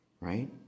right